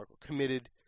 committed